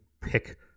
pick